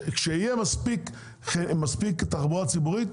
כשיהיה מספיק תחבורה ציבורית,